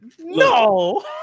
No